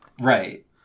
Right